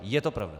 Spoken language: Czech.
Je to pravda!